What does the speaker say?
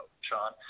Sean